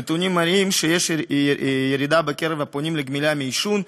הנתונים מראים שיש ירידה בקרב הפונים לגמילה מעישון.